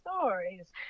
stories